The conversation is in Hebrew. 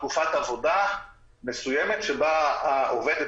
תקופת עבודה מסוימת שבה העובדת,